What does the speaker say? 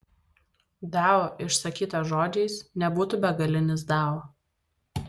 dao išsakytas žodžiais nebūtų begalinis dao